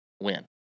win